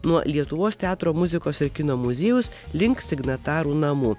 nuo lietuvos teatro muzikos ir kino muziejaus link signatarų namų